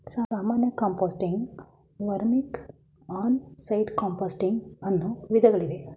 ಸಾಮಾನ್ಯ ಕಾಂಪೋಸ್ಟಿಂಗ್, ವರ್ಮಿಕ್, on site composting ಅನ್ನೂ ವಿಧಗಳಿವೆ